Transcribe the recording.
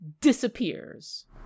disappears